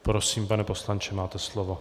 Prosím, pane poslanče, máte slovo.